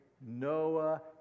Noah